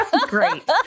Great